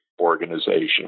Organization